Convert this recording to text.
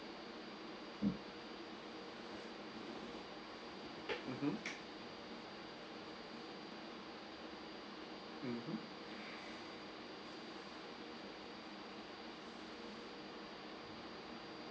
mmhmm mmhmm